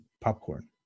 popcorn